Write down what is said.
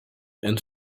and